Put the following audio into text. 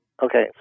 Okay